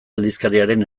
aldizkariaren